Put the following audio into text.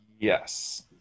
Yes